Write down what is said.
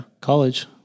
College